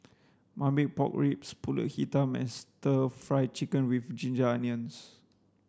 marmite pork ribs Pulut Hitam and stir fry chicken with ginger onions